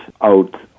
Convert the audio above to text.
out